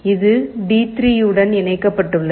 இது டி3 உடன் இணைக்கப்பட்டுள்ளது